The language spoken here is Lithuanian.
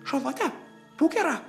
šarlote būk gera